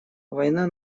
война